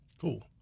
Cool